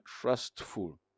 trustful